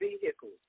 vehicles